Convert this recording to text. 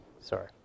Sorry